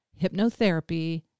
hypnotherapy